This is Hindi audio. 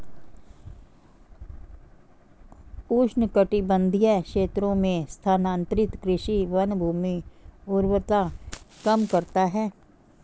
उष्णकटिबंधीय क्षेत्रों में स्थानांतरित कृषि वनभूमि उर्वरता कम करता है